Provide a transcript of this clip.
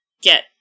get